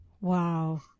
Wow